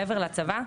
מעבר לצבא.